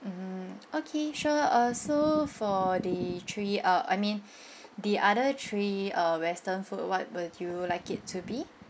mm okay sure err so for the three uh I mean the other three uh western food what would you like it to be